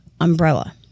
umbrella